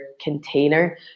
container